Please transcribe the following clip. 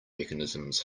mechanisms